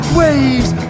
waves